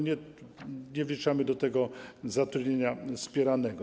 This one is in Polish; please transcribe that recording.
Nie wliczamy do tego zatrudnienia wspieranego.